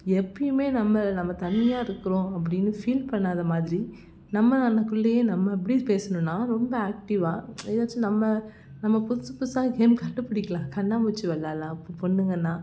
எப்பயுமே நம்ம நம்ம தனியாக இருக்கிறோம் அப்படின்னு ஃபீல் பண்ணாதமாதிரி நம்ம நம்மக்குள்ளேயே நம்ம எப்படி பேசணும்னா ரொம்ப ஆக்ட்டிவாக ஏதாச்சும் நம்ம நம்ம புதுசு புதுசாக கேம் கண்டுபிடிக்கலாம் கண்ணாமூச்சி விளாட்லாம் பொண்ணுங்கன்னா